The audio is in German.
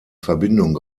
verbindung